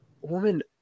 woman